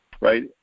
right